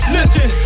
Listen